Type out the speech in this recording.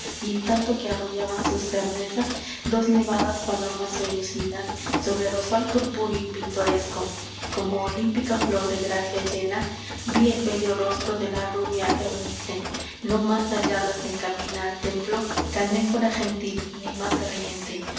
y en tanto que arrullaban sus ternezas dos nevadas palomas venusinas sobre rosal purpúreo y pintoresco como olímpica flor de gracia llena vi el bello rostro de la rubia eunice no más gallarda se encamina al templo canéfora gentil ni más riente